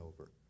over